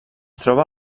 troba